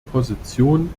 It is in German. position